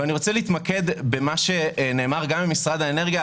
אני רוצה להתמקד במה שנאמר גם על ידי משרד האנרגיה,